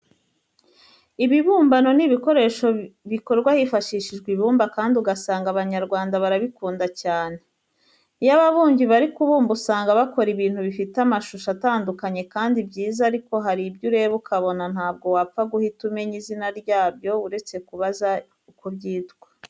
Ibibumbano ni ibikoresho bikorwa hifashishijwe ibumba kandi ugasanga Abanyarwanda barabikunda cyane. Iyo ababumbyi bari kubumba usanga bakora ibintu bifite amashusho atandukanye kandi byiza ariko hari ibyo ureba ukabona ntabwo wapfa guhita umenya izina ryabyo uretse kubaza uko byitwa.